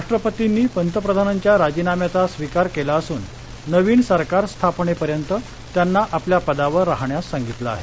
राष्ट्रपतींनी पंतप्रधानांच्या राजीनाम्याचा स्वीकार केला असून नवीन सरकार स्थापनेपर्यंत त्यांना आपल्या पदावर राहण्यास सांगितलं आहे